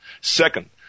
second